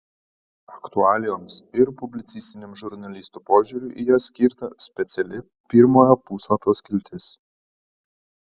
aktualijoms ir publicistiniam žurnalisto požiūriui į jas skirta speciali pirmojo puslapio skiltis